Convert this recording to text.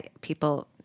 people